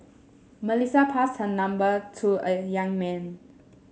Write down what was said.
Melissa passed her number to the young man